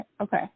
Okay